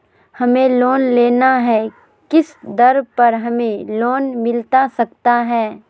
हमें लोन लेना है किस दर पर हमें लोन मिलता सकता है?